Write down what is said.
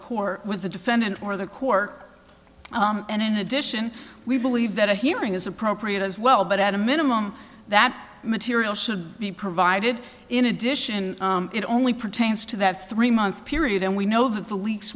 court with the defendant or the cork and in addition we believe that a hearing is appropriate as well but at a minimum that material should be provided in addition it only pertains to that three month period and we know that the leaks